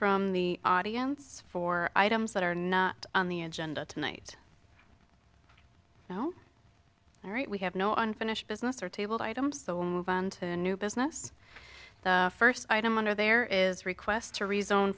from the audience for items that are not on the agenda tonight now all right we have no unfinished business or table items on to a new business the first item under there is request to rezone